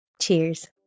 Cheers